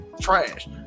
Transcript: trash